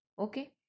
okay